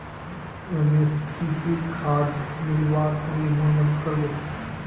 रमेश की ती खाद मिलव्वार तने मोर मदद कर बो